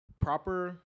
proper